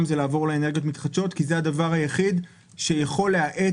הוא לעבור לאנרגיות מתחדשות כי זה הדבר היחיד שיכול להאט